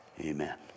Amen